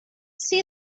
see